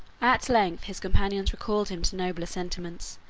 at length his companions recalled him to nobler sentiments,